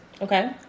Okay